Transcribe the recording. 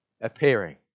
appearing